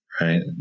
Right